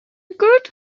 good